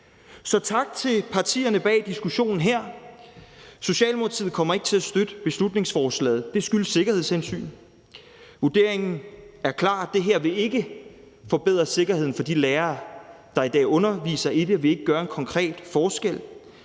Så tak til partierne bag beslutningsforslaget her. Socialdemokratiet kommer ikke til at støtte forslaget. Det skyldes sikkerhedshensyn. Vurderingen er klar: Det her vil ikke forbedre sikkerheden for de lærere, der i dag underviser i det, og vil ikke gøre en konkret forskel.